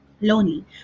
lonely